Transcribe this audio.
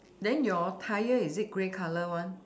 then your tyre is it grey colour one